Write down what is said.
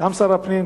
גם שר הפנים,